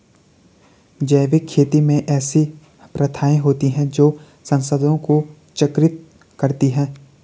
जैविक खेती में ऐसी प्रथाएँ होती हैं जो संसाधनों को चक्रित करती हैं